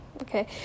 Okay